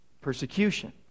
persecution